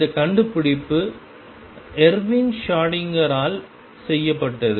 இந்த கண்டுபிடிப்பு எர்வின் ஷ்ரோடிங்கரால் Erwin Schrödinger செய்யப்பட்டது